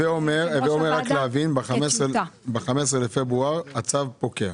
הווה אומר שב-15 בפברואר הצו פוקע.